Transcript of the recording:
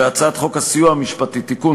בהצעת חוק הסיוע המשפטי (תיקון,